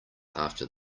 after